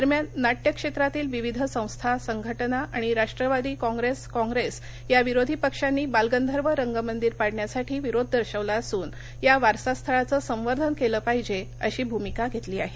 दरम्यान नाट्य क्षेत्रातील विविध संस्था संघटना आणि राष्ट्रवादी कॉप्रेस कॉप्रेस या विरोधी पक्षांनी बालगंधर्व रंगमंदिर पाडण्यासाठी विरोध दर्शवला असून या वारसा स्थळाचं संवर्धन केलं पाहिजे अशी भूमिका घेतली आहे